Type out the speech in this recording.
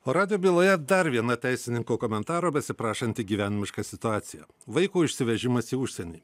o radijo byloje dar viena teisininko komentaro besiprašanti gyvenimiška situacija vaiko išsivežimas į užsienį